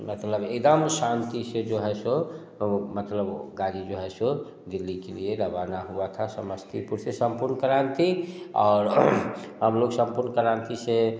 मतलब एकदम शांति से जो है सो मतलब गाड़ी जो है सो दिल्ली के लिए रवाना हुआ था समस्तीपुर से सम्पूर्णक्रांति और हम लोग सम्पूर्णक्रांति से